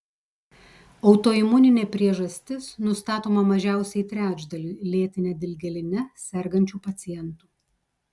autoimuninė priežastis nustatoma mažiausiai trečdaliui lėtine dilgėline sergančių pacientų